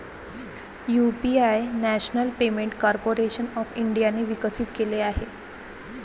UPI national payment corporation of इंडियाने विकसित केले आहे